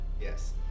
yes